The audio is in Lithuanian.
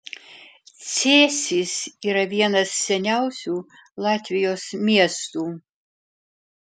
cėsys yra vienas seniausių latvijos miestų